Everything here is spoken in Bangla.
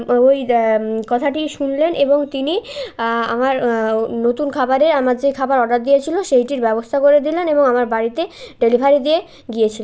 ওই দ্যা কথাটি শুনলেন এবং তিনি আমার নতুন খাবারে আমার যে খাবার অর্ডার দেওয়া ছিল সেইটির ব্যবস্থা করে দিলেন এবং আমার বাড়িতে ডেলিভারি দিয়ে গিয়েছিলেন